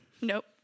Nope